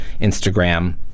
Instagram